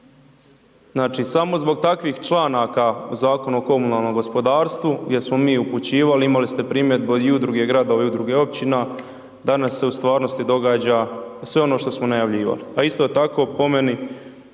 Znači samo zbog takvih članaka u Zakonu o komunalnom gospodarstvu gdje smo mi upućivali, imali ste primjedbu i od Udruge Gradova i Udruge Općina, danas se u stvarnosti događa sve ono što smo najavljivali, a isto tako po meni